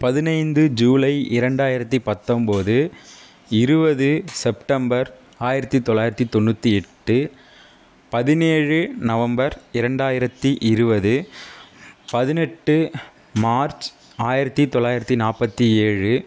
பதினைந்து ஜூலை இரண்டாயிரத்தி பத்தொம்பது இருபது செப்டம்பர் ஆயிரத்தி தொள்ளாயிரத்தி தொண்ணூற்றி எட்டு பதினேழு நவம்பர் இரண்டாயிரத்தி இருபது பதினெட்டு மார்ச் ஆயிரத்தி தொள்ளாயிரத்தி நாற்பத்தி ஏழு